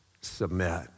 submit